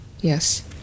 Yes